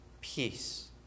peace